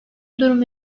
durum